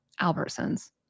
Albertsons